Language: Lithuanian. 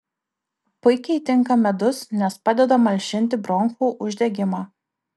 puikiai tinka medus nes padeda malšinti bronchų uždegimą